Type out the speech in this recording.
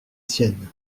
tiennes